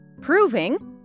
proving